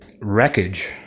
wreckage